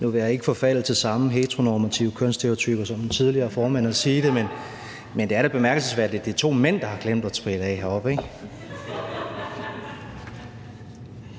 Nu vil jeg ikke forfalde til samme heteroseksuelle, normative kønsstereotyper som den foregående formand og sige det, men det er da bemærkelsesværdigt, at det er to mænd, der har glemt at spritte af heroppe, ikke?